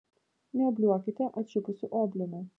neobliuokite atšipusiu obliumi